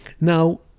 Now